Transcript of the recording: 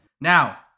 Now